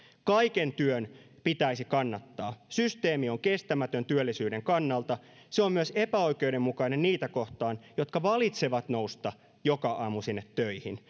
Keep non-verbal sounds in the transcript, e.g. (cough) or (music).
kaiken työn pitäisi kannattaa systeemi on kestämätön työllisyyden kannalta se on myös epäoikeudenmukainen niitä kohtaan jotka valitsevat nousta joka aamu sinne töihin (unintelligible)